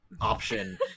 option